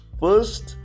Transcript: first